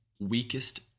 weakest